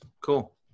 cool